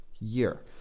year